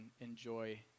enjoy